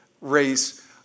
race